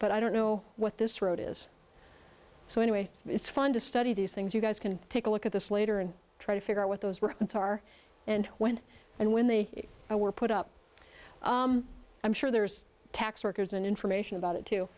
but i don't know what this road is so anyway it's fun to study these things you guys can take a look at this later and try to figure out what those were in tar and when and when they were put up i'm sure there's tax records and information about it too